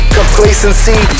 complacency